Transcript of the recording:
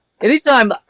anytime